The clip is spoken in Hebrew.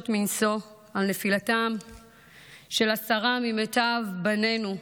מנשוא על נפילתם של עשרה ממיטב בנינו,